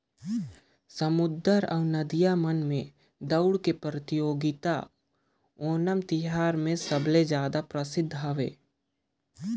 समुद्दर अउ नदिया मन में दउड़ के परतियोगिता ओनम तिहार मे सबले जादा परसिद्ध हवे